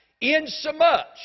insomuch